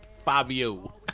Fabio